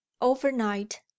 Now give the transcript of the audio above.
overnight